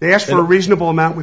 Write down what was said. they asked a reasonable amount with